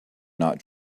not